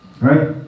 Right